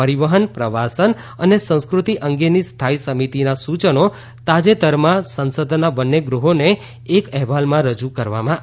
પરિવહન પર્યટન અને સંસ્કૃતિ અંગેની સ્થાયી સમિતિના સૂચનો તાજેતરમાં સંસદના બંને ગૃહોને એક અહેવાલમાં રજૂ કરવામાં આવ્યા હતા